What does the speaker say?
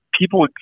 people